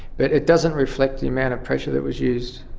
but it doesn't reflect the amount of pressure that was used.